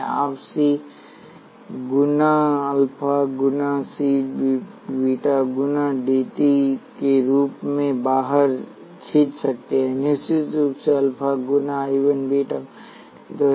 आप सी गुणा अल्फा गुणा सी डीवी 1 डीटी बीटा गुणा सी डीवी 2 डीटी के रूप में बाहर खींच सकते हैं निश्चित रूप से अल्फा गुना I 1 बीटा गुना I 2 है